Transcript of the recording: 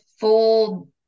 Full